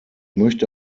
möchte